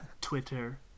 Twitter